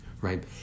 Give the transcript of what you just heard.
right